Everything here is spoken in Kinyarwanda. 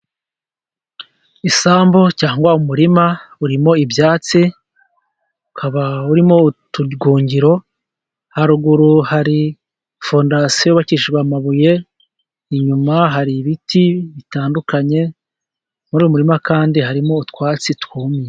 Isambu cyangwa umurima urimo ibyatsi ukaba urimo utugungiro, haruguru hari fondasiyo yubakishijwe n'amabuye, inyuma hari ibiti bitandukanye muri uyu murima kandi, harimo utwatsi twumye.